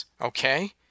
okay